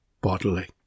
bodily